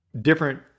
different